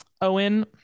Owen